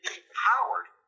empowered